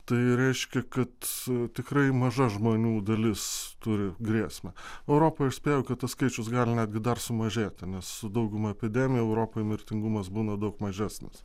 tai reiškia kad tikrai maža žmonių dalis turi grėsmę europoj aš spėju kad tas skaičius gali netgi dar sumažėti nes dauguma epidemijų europoj mirtingumas būna daug mažesnis